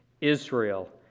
Israel